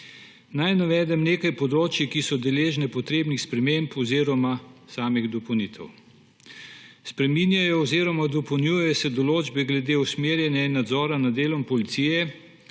Naj navedem nekaj področij, ki so deležna potrebnih sprememb oziroma dopolnitev. Spreminjajo oziroma dopolnjujejo se določbe glede usmerjanja in nadzora nad delom policije.